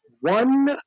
one